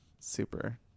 super